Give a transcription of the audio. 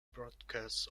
broadcasts